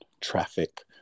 traffic